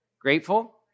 Grateful